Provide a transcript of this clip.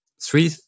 three